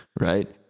right